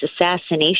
assassination